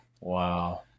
Wow